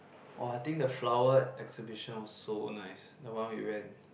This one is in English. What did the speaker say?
!wah! I think the flower exhibition was so nice the one we went